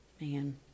Man